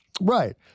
Right